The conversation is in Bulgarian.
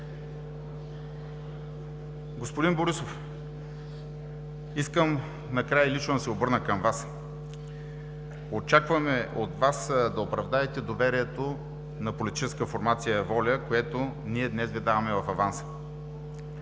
Господин Борисов, искам накрая лично да се обърна към Вас: очакваме от Вас да оправдаете доверието на политическа формация „Воля“, което ние днес Ви даваме в аванс.